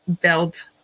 build